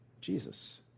Jesus